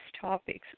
topics